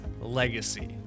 legacy